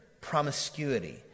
promiscuity